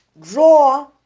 Draw